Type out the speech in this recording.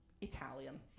Italian